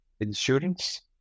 insurance